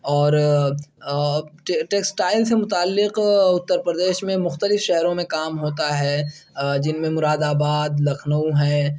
اور ٹیکسٹائل سے متعلق اتر پردیش میں مختلف شہروں میں کام ہوتا ہے جن میں مراد آباد لکھنؤ ہیں